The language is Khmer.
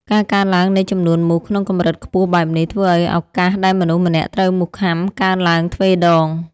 ការកើនឡើងនៃចំនួនមូសក្នុងកម្រិតខ្ពស់បែបនេះ ធ្វើឱ្យឱកាសដែលមនុស្សម្នាក់ត្រូវមូសខាំកើនឡើងទ្វេដង។